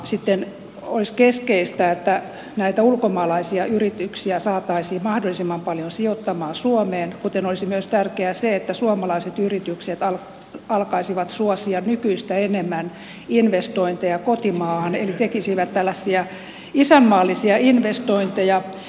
sitten olisi keskeistä että näitä ulkomaalaisia yrityksiä saataisiin mahdollisimman paljon sijoittamaan suomeen kuten olisi myös tärkeää se että suomalaiset yritykset alkaisivat suosia nykyistä enemmän investointeja kotimaahan eli tekisivät tällaisia isänmaallisia investointeja